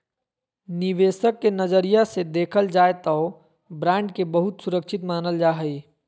निवेशक के नजरिया से देखल जाय तौ बॉन्ड के बहुत सुरक्षित मानल जा हइ